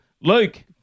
Luke